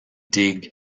dig